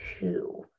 two